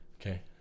okay